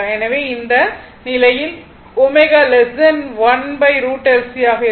எனவே இந்த நிலையில் ω 1√LC இருக்கும்